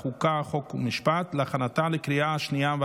אני קובע כי הצעת חוק לתיקון דיני הראיות (הגנת ילדים)